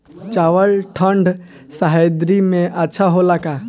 चावल ठंढ सह्याद्री में अच्छा होला का?